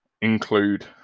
include